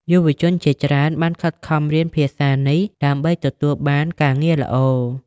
យុវជនជាច្រើនបានខិតខំរៀនភាសានេះដើម្បីទទួលបានការងារល្អ។